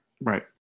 Right